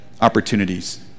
opportunities